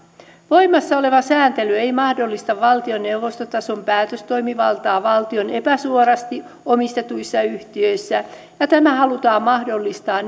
voimassa oleva sääntely ei mahdollista valtioneuvostotason päätöstoimivaltaa valtion epäsuorasti omistetuissa yhtiöissä ja tämä halutaan mahdollistaa